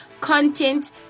Content